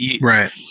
Right